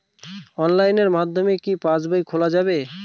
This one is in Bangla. অনলাইনের মাধ্যমে কি পাসবই খোলা যাবে?